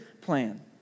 plan